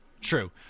True